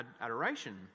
adoration